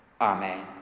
Amen